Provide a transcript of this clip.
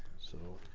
so